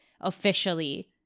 officially